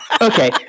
Okay